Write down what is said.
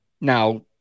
Now